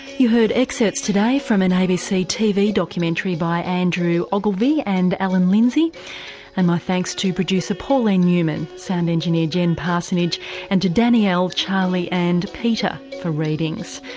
you heard excerpts today from an abc tv documentary by andrew ogilvy and allan lindsay and my thanks to producer pauline newman, sound engineer jen parsonage and to danielle, charlie and peter for readings.